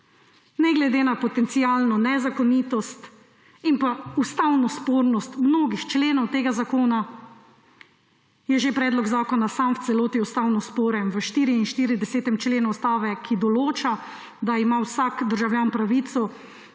Ne glede na potencialno nezakonitost in pa ustavno spornost mnogih členov tega zakona je že predlog zakona sam v celoti ustavnosporen v 44. členu Ustave, ki določa, da ima vsak državljan pravico,